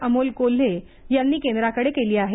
अमोल कोल्हे यांनी केंद्राकडे केली आहे